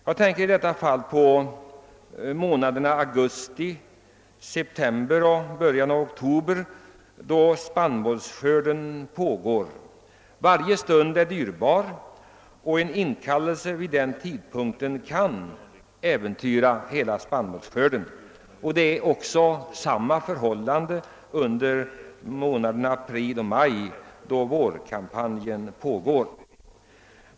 Jag tänker i detta fall på månaderna augusti, september och början av oktober, då spannmålsskörden pågår. Varje stund är då dyrbar, och en inkallelse vid den tidpunkten kan äventyra hela spannmålsskörden. Samma är förhållandet under månaderna april och maj då vårkampanjen pågår.